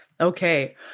okay